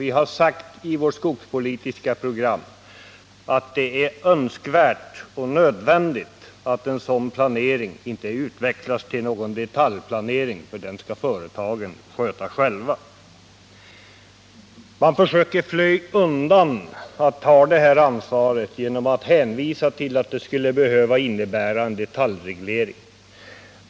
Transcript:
I vårt skogspolitiska program har vi också sagt att det är önskvärt och nödvändigt att en sådan planering inte utvecklas till någon detaljplanering, för en sådan skall företagen sköta själva. De borgerliga företrädarna försöker fly undan sitt ansvar för att upprätta en strukturplan genom att hänvisa till att en sådan skulle innebära att vi får en detaljreglering.